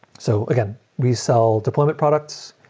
so again, we sell deployment products.